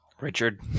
Richard